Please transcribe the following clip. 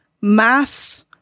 mass